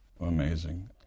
Amazing